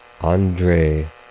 Andre